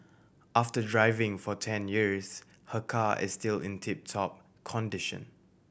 after driving for ten years her car is still in tip top condition